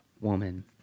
woman